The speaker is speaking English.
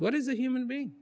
what is a human being